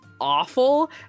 awful